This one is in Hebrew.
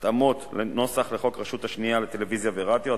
התאמות נוסח לחוק הרשות השנייה לטלוויזיה ורדיו,